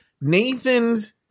Nathan's